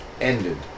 ended